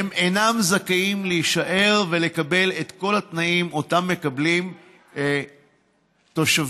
הן אינן זכאיות להישאר ולקבל את כל התנאים שמקבלים תושבי